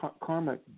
karmic